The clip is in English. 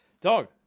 Dog